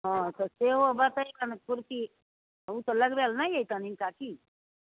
हँ तऽ सेहो बतैबै ने खुरपी ओ तऽ लगबै लऽ नहि अइतन हिनका की